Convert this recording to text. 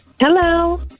Hello